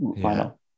final